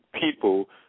people